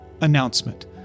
announcement